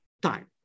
time